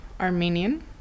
Armenian